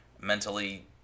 mentally